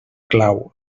clau